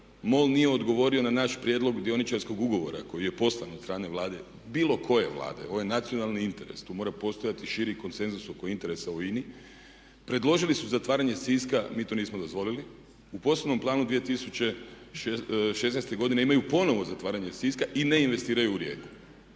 MOL nije odgovorio na naš prijedlog dioničarskog ugovora koji je poslan od strane Vlade, bilo koje Vlade, ovo je nacionalni interes, tu mora postojati širi konsenzus oko interesa u INA-i. Predložili su zatvaranje Siska, mi to nismo dozvolili. U poslovnom planu 2016. godine imaju ponovno zatvaranje Siska i ne investiraju u Rijeku.